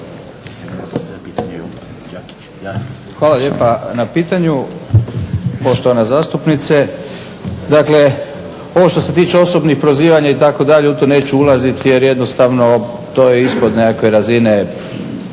Hvala lijepa na pitanju poštovana zastupnice. Dakle, ovo što se tiče osobnih prozivanja itd. u to neću ulaziti jer jednostavno to je ispod nekakve razine